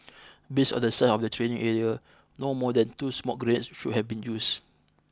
based on the size of the training area no more than two smoke grenades should have been used